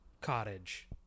cottage